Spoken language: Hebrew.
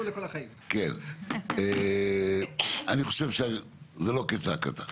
אני חושב שזה לא כצעקתה.